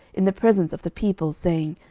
in the presence of the people, saying,